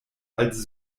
als